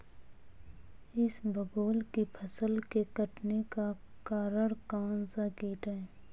इसबगोल की फसल के कटने का कारण कौनसा कीट है?